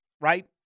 right